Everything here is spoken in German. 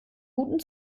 guten